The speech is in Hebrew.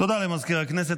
תודה למזכיר הכנסת.